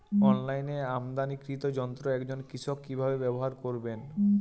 অনলাইনে আমদানীকৃত যন্ত্র একজন কৃষক কিভাবে ব্যবহার করবেন?